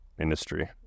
industry